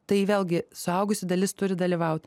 tai vėlgi suaugusi dalis turi dalyvaut